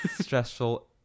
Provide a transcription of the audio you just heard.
stressful